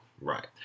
Right